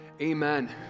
Amen